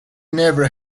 never